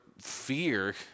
fear